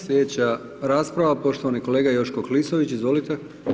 Sljedeća rasprava, poštovani kolega Joško Klisović, izvolite.